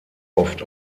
oft